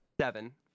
seven